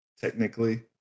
Technically